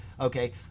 Okay